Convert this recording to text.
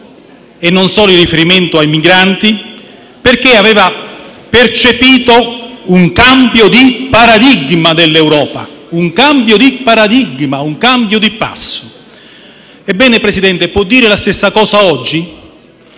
e non solo con riferimento ai migranti, perché aveva percepito un cambio di paradigma dell'Europa, un cambio di passo. Ebbene, signor Presidente, può dire la stessa cosa oggi?